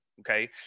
Okay